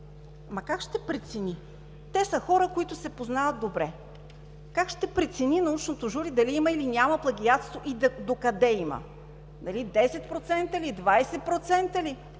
ама как ще прецени? Те са хора, които се познават добре. Как ще прецени научното жури дали има или няма плагиатство и докъде има? Дали 10%, 20% ли,